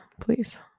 please